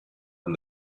and